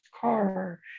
car